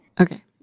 Okay